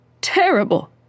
Terrible